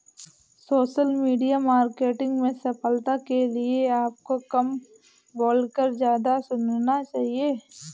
social media marketing में सफलता के लिए आपको कम बोलकर ज्यादा सुनना चाहिए